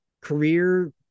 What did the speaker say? career